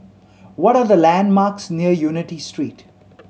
what are the landmarks near Unity Street